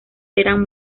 eran